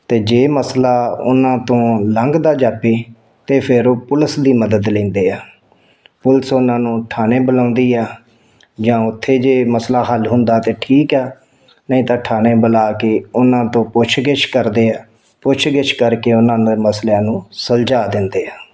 ਅਤੇ ਜੇ ਮਸਲਾ ਉਹਨਾਂ ਤੋਂ ਲੰਘਦਾ ਜਾਪੇ ਤਾਂ ਫਿਰ ਉਹ ਪੁਲਿਸ ਦੀ ਮਦਦ ਲੈਂਦੇ ਆ ਪੁਲਿਸ ਉਹਨਾਂ ਨੂੰ ਥਾਣੇ ਬੁਲਾਉਂਦੀ ਆ ਜਾਂ ਉੱਥੇ ਜੇ ਮਸਲਾ ਹੱਲ ਹੁੰਦਾ ਤਾਂ ਠੀਕ ਆ ਨਹੀਂ ਤਾਂ ਥਾਣੇ ਬੁਲਾ ਕੇ ਉਹਨਾਂ ਤੋਂ ਪੁੱਛ ਗਿੱਛ ਕਰਦੇ ਆ ਪੁੱਛ ਗਿੱਛ ਕਰਕੇ ਉਹਨਾਂ ਦੇ ਮਸਲਿਆਂ ਨੂੰ ਸੁਲਝਾ ਦਿੰਦੇ ਆ